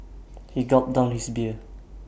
he gulped down his beer